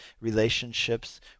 Relationships